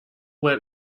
where